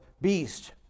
beast